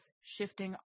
shifting